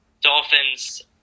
Dolphins